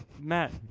Matt